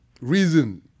reason